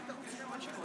אחר כך שיסכם על שלו,